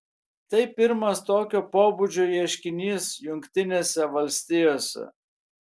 tai pirmas tokio pobūdžio ieškinys jungtinėse valstijose